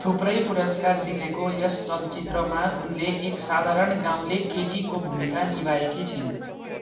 थुप्रै पुरस्कार जितेको यस चलचित्रमा उनले एक साधारण गाउँले केटीको भूमिका निभाएकी छिन्